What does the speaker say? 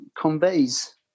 conveys